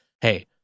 hey